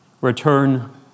Return